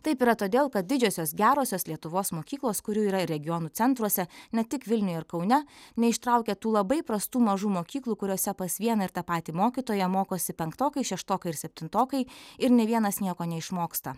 taip yra todėl kad didžiosios gerosios lietuvos mokyklos kurių yra ir regionų centruose ne tik vilniuje ir kaune neištraukia tų labai prastų mažų mokyklų kuriose pas vieną ir tą patį mokytoją mokosi penktokai šeštokai ir septintokai ir nė vienas nieko neišmoksta